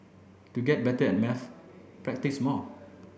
to get better at maths practise more